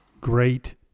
Great